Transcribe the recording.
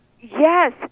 Yes